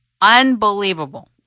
unbelievable